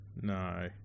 No